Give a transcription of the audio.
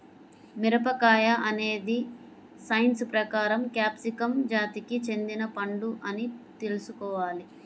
మిరపకాయ అనేది సైన్స్ ప్రకారం క్యాప్సికమ్ జాతికి చెందిన పండు అని తెల్సుకోవాలి